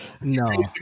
No